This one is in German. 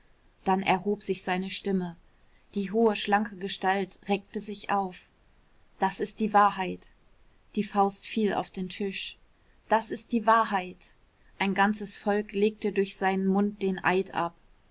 dann erhob sich seine stimme die hohe schlanke gestalt reckte sich auf das ist die wahrheit die faust fiel auf den tisch das ist die wahrheit ein ganzes volk legte durch seinen mund den eid ab